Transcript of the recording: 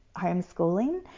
homeschooling